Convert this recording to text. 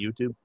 youtube